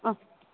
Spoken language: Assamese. অঁ